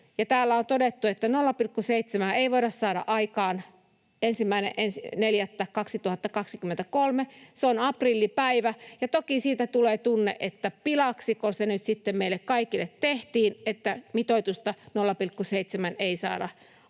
täällä on todettu, että 0,7:ää ei voida saada aikaan 1.4.2023 — se on aprillipäivä — niin toki siitä tulee tunne, että pilaksiko se nyt sitten meille kaikille tehtiin, että mitoitusta 0,7 ei saada aikaan.